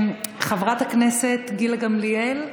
חברת הכנסת גילה גמליאל,